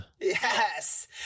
Yes